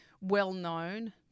well-known